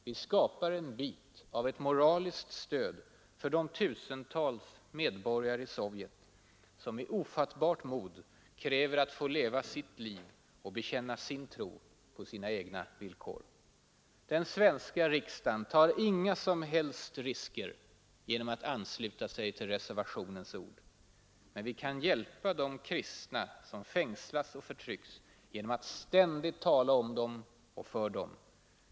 Vi skapar en bit av ett moraliskt stöd för de tusentals medborgare i Sovjet som i ofattbart mod kräver att få leva sitt liv och bekänna sin tro på sina egna villkor. Den svenska riksdagen tar inga som helst risker genom att ansluta sig till reservationens ord. Men vi kan hjälpa de kristna som fängslas och förtrycks genom att ständigt tala om dem och för dem.